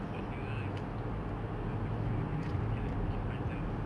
mana ah g~ nak pergi all the way until like bukit panjang